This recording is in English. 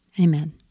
Amen